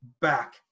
back